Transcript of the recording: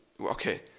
okay